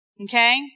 Okay